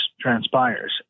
transpires